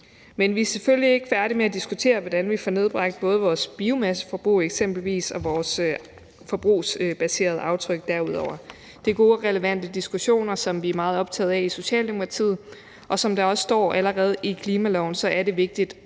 Men vi er selvfølgelig ikke færdige med at diskutere, hvordan vi får nedbragt både eksempelvis vores biomasseforbrug og vores forbrugsbaserede aftryk derudover. Det er gode og relevante diskussioner, som vi er meget optaget af i Socialdemokratiet. Og som der også allerede står i klimaloven, er det vigtigt,